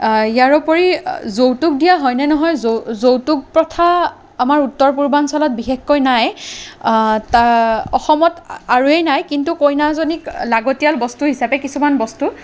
ইয়াৰ উপৰি যৌতুক দিয়া হয়নে নহয় যৌ যৌতুক প্ৰথা আমাৰ উত্তৰ পূৰ্বাঞ্চলত বিশেষকৈ নাই তাত অসমত আৰুৱেই নাই কিন্তু কইনাজনীক লাগতীয়াল বস্তু হিচাপে কিছুমান বস্তু